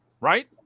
Right